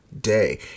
day